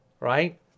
Right